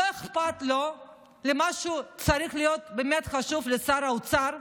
לא אכפת לו ממה שצריך להיות באמת חשוב לשר האוצר,